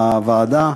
בוועדה.